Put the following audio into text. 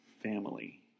Family